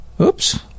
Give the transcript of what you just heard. Oops